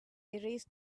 erased